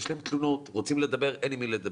יש להם תלונות, רוצים לדבר, אין עם מי לדבר.